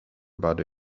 about